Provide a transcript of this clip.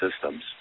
systems